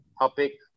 topic